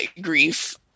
grief